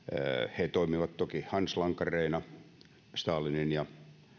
he toimivat toki hanslankareina stalinin ja